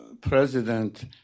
President